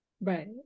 right